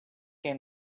came